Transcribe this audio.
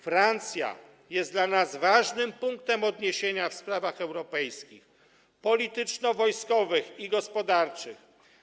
Francja jest dla nas ważnym punktem odniesienia w sprawach europejskich, polityczno-wojskowych i gospodarczych.